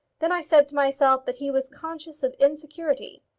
then i said to myself that he was conscious of insecurity.